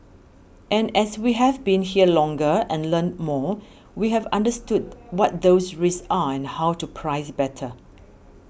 and as we have been here longer and learnt more we have understood what those risks are and how to price better